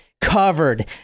covered